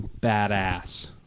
badass